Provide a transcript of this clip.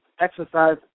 exercise